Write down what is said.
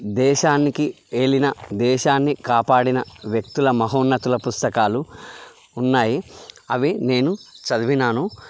దేశానికి ఏలిన దేశాన్ని కాపాడిన వ్యక్తుల మహోన్నతుల పుస్తకాలు ఉన్నాయి అవి నేను చదివినాను